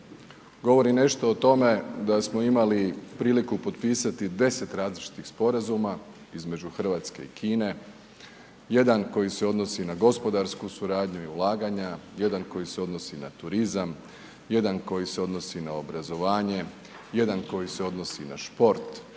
Govori nešto o tome da smo imali priliku potpisati 10 različitih sporazuma, između Hrvatske i Kine, jedan koji se odnosi na gospodarsku suradnju i ulaganja, jedan koji se odnosi na turizam, jedan koji se odnosi na obrazovanje, jedan koji se odnosi na šport,